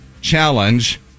challenge